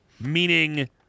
Meaning